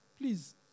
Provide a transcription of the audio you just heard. please